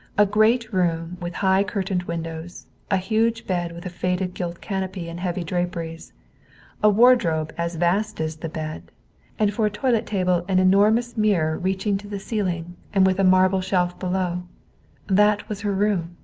a great room with high curtained windows a huge bed with a faded gilt canopy and heavy draperies a wardrobe as vast as the bed and for a toilet table an enormous mirror reaching to the ceiling and with a marble shelf below that was her room.